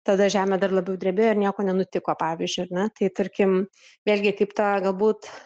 tada žemė dar labiau drebėjo ir nieko nenutiko pavyzdžiui ar ne tai tarkim vėlgi kaip ta galbūt